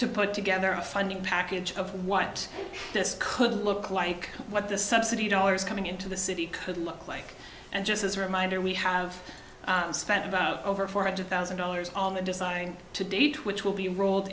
to put together a funding package of what this could look like what the subsidy dollars coming into the city could look like and just as a reminder we have spent about over four hundred thousand dollars on the design to date which will be rolled